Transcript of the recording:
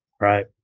right